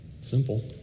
Simple